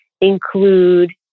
include